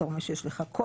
בתור מי שיש לו קול,